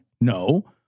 No